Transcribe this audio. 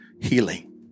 healing